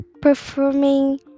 performing